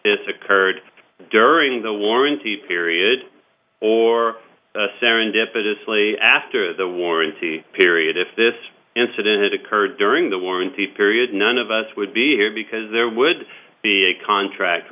this occurred during the warranty period or serendipitously after the warranty period if this incident occurred during the warranty period none of us would be here because there would be a contract